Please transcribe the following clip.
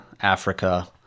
Africa